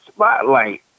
spotlight